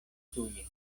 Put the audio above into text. tuje